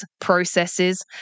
processes